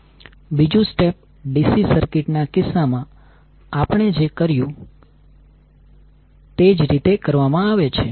બીજું step DC circuit ના કિસ્સામાં આપણે જે કર્યું તે જ રીતે કરવામાં આવે છે